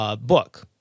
Book